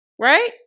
right